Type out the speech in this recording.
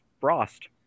frost